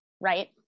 right